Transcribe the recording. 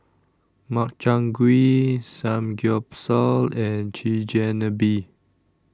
Makchang Gui Samgyeopsal and Chigenabe